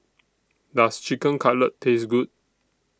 Does Chicken Cutlet Taste Good